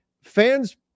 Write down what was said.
Fans